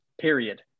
period